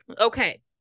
okay